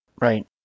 Right